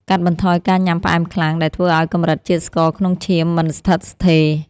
កាត់បន្ថយការញ៉ាំផ្អែមខ្លាំង ដែលធ្វើឱ្យកម្រិតជាតិស្ករក្នុងឈាមមិនស្ថិតស្ថេរ។